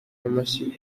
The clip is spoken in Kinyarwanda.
amashyi